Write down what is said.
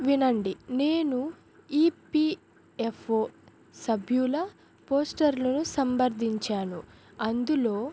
వినండి నేను ఈపిఎఫ్ఓ సభ్యుల పోస్టర్లను సంప్రదించాను అందులో